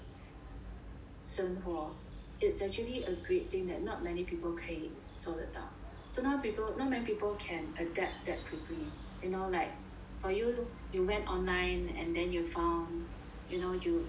生活 it's actually a great thing that not many people 可以做得到 so now people not many people can adapt that quickly you know like for you you went online and then you found you know you